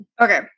Okay